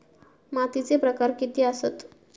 मातीचे प्रकार किती आसत?